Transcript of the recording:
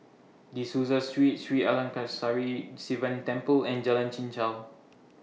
De Souza Street Sri Arasakesari Sivan Temple and Jalan Chichau